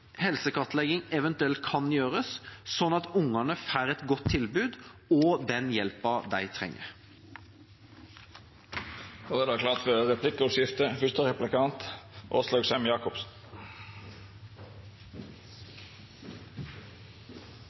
helsekartlegging eventuelt kan gjøres, slik at barna får et godt tilbud og den hjelpa de